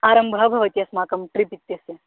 आरम्भः भवति अस्माकं ट्रिप् इत्यस्य